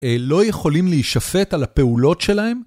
לא יכולים להישפט על הפעולות שלהם?